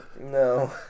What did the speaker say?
No